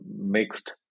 mixed